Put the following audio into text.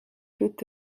peut